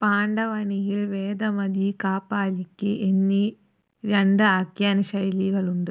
പാണ്ഡവാണിയിൽ വേദമതി കാപാലിക് എന്നീ രണ്ട് ആഖ്യാന ശൈലികളുണ്ട്